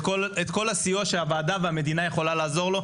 כל הסיוע שהוועדה והמדינה יכולה לעזור לו,